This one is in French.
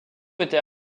était